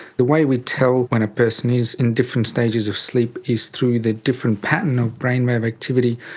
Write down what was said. the way we tell when a person is in different stages of sleep is through the different pattern of brainwave activity,